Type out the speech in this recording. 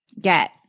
get